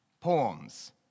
poems